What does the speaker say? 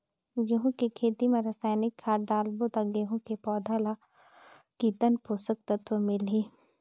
गंहू के खेती मां रसायनिक खाद डालबो ता गंहू के पौधा ला कितन पोषक तत्व मिलही?